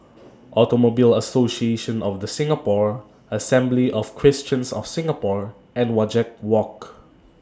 Automobile Association of The Singapore Assembly of Christians of Singapore and Wajek Walk